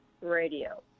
Radio